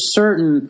certain